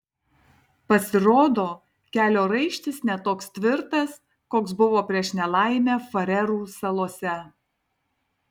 pasirodo kelio raištis ne toks tvirtas koks buvo prieš nelaimę farerų salose